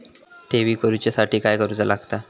ठेवी करूच्या साठी काय करूचा लागता?